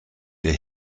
der